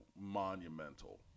monumental –